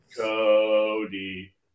Cody